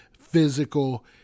physical